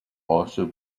also